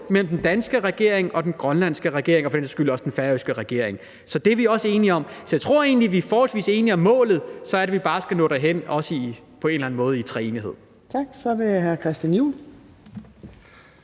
mellem den danske regering og den grønlandske regering og for den sags skyld også den færøske regering. Så det er vi også enige om. Så jeg tror egentlig, vi er forholdsvis enige om målet. Men så er det bare, vi skal nå derhen på en eller anden måde, i treenighed. Kl. 17:57 Fjerde næstformand